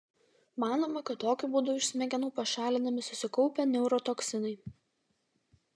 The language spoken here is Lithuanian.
manoma kad tokiu būdu iš smegenų pašalinami susikaupę neurotoksinai